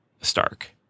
Stark